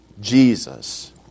Jesus